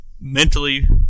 mentally